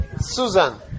susan